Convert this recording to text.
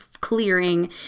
clearing